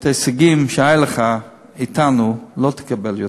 את ההישגים שהיו לך אתנו לא תקבל יותר.